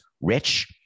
Rich